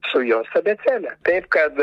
su jos abėcėle taip kad